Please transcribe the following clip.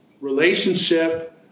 relationship